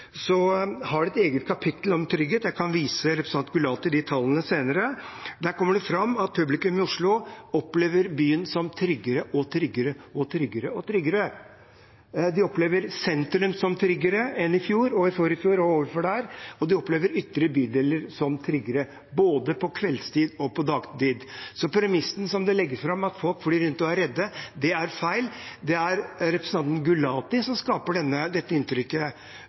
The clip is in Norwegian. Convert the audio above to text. så lenge siden, har de et eget kapittel om trygghet. Jeg kan vise representanten Gulati de tallene senere. Der kommer det fram at publikum i Oslo opplever byen som tryggere og tryggere. De opplever sentrum som tryggere enn i fjor og i forfjor og året før der. De opplever ytre bydeler som tryggere, både på kveldstid og på dagtid. Så premisset som legges fram, at folk går rundt og er redde, er feil. Det er representanten Gulati som skaper dette inntrykket.